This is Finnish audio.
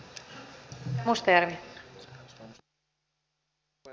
arvoisa puhemies